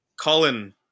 Colin